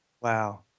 Wow